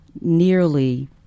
nearly